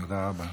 תודה רבה.